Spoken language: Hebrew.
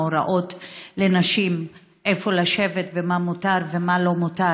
ההוראות לנשים איפה לשבת ומה מותר ומה לא מותר.